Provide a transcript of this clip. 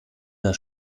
der